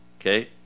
Okay